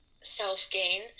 self-gain